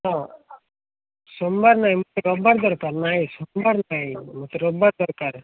ହଁ ସୋମବାର ନାଇ ରବିବାର ଦରକାର ନାଇ ସୋମବାର ନାଇ ମୋତେ ରବିବାର ଦରକାର